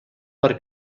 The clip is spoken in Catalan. per